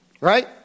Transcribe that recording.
Right